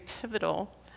pivotal